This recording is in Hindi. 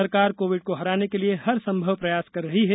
सरकार कोविड को हराने के लिये हर संभव प्रयास कर रही है